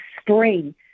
spring